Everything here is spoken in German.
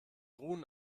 runen